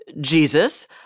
Jesus